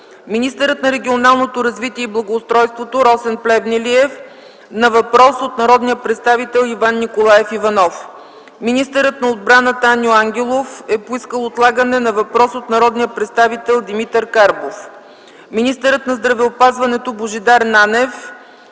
министърът на регионалното развитие и благоустройството Росен Плевнелиев на въпрос от народния представител Иван Николаев Иванов; - министърът на отбраната Аню Ангелов на въпрос от народния представител Димитър Карбов; - министърът на здравеопазването Божидар Нанев